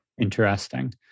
Interesting